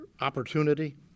opportunity